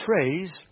phrase